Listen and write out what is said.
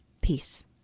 Peace